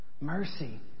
Mercy